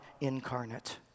incarnate